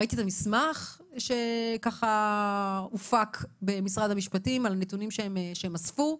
ראיתי את המסמך שהופק במשרד המשפטים על הנתונים שהם אספו,